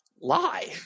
lie